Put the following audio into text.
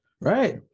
Right